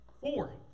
Four